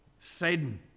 sin